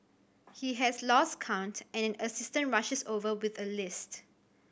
he has lost count and an assistant rushes over with a list